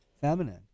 feminine